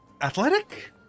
athletic